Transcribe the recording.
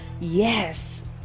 yes